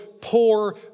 poor